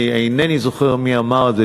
אני אינני זוכר מי אמר את זה.